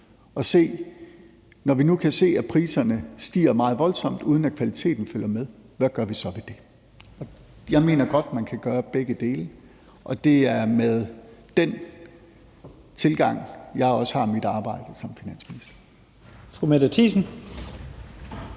at, når vi nu kan se, at priserne stiger meget voldsomt, uden at kvaliteten følger med, se på, hvad vi så gør ved det. Jeg mener godt, man kan gøre begge dele, og det er også den tilgang, jeg har i mit arbejde som finansminister.